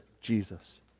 Jesus